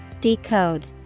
Decode